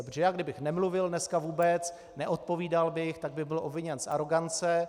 Protože já kdybych nemluvil dneska vůbec, neodpovídal bych, tak bych byl obviněn z arogance.